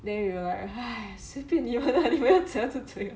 then we will like 随便你们啦你们要怎样就怎样